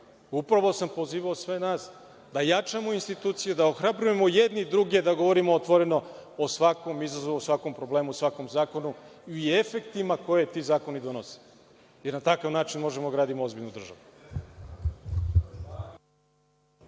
upravo sam pozivao sve nas da jačamo instituciju, da ohrabrujemo jedni druge, da govorimo otvoreno o svakom izazovu, o svakom problemu, o svakom zakonu i efektima koje ti zakoni donose. Na takav način možemo da gradimo ozbiljnu državu.